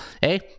hey